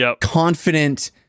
confident